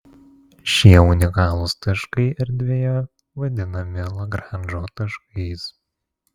šie unikalūs taškai erdvėje vadinami lagranžo taškais